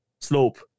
slope